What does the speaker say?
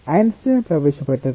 Einstein ప్రవేశపెట్టారు